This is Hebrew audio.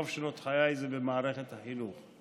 רוב שנות חיי הייתי במערכת החינוך,